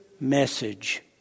message